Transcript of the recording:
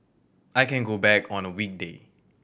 I can go back on a weekday